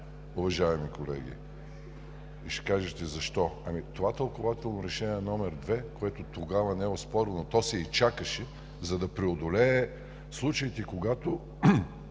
Уважаеми колеги, ще кажете: „Защо?“. Това тълкувателно Решение № 2, което тогава не е оспорвано, то се и чакаше, за да преодолее случаите, когато